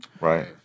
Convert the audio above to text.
right